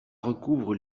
recouvre